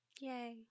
Yay